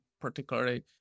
particularly